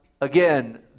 again